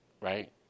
right